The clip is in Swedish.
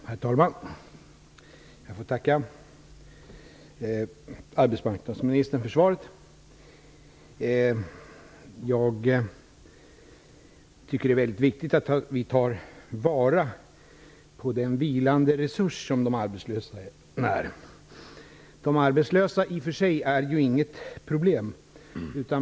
Herr talman! Jag får tacka arbetsmarknadsministern för svaret. Jag tycker att det är mycket viktigt att vi tar vara på den vilande resurs som de arbetslösa är. De arbetslösa i sig är inget problem.